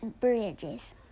bridges